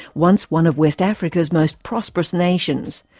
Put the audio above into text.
once one of west africa's most prosperous nations.